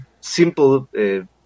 simple